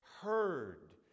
heard